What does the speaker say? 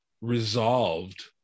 resolved